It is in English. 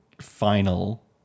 final